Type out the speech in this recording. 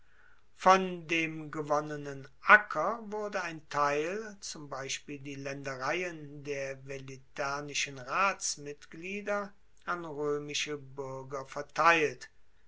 von dem gewonnenen acker wurde ein teil zum beispiel die laendereien der veliternischen ratsmitglieder an roemische buerger verteilt